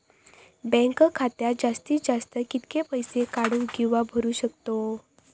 Bank खात्यात जास्तीत जास्त कितके पैसे काढू किव्हा भरू शकतो?